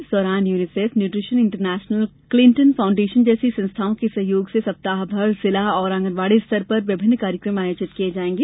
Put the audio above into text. इस दौरान UNICEF nutrition international Clinton foundation जैसी संस्थाओं के सहयोग से सप्ताह भर जिला और आँगनवाड़ी स्तर पर विभिन्न कार्यक्रम आयोजित किए जाएंगे